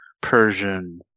Persian